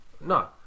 no